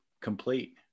complete